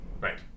Right